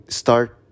start